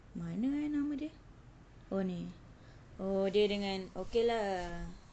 mana eh nama dia oh ni oh dia dengan okay lah